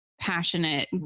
passionate